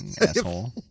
asshole